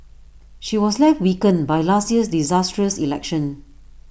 she was left weakened by last year's disastrous election